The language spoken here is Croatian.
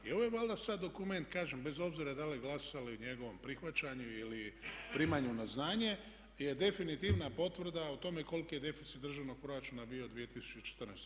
I ova Vlada sad dokument, kažem bez obzira da li glasali o njegovom prihvaćanju ili primanju na znanje, je definitivna potvrda o tome koliki je deficit državnog proračuna bio 2014.